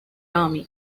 army